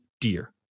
dear